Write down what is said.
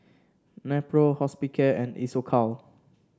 Nepro Hospicare and Isocal